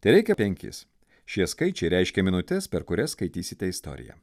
tereikia penkis šie skaičiai reiškia minutes per kurias skaitysite istoriją